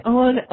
on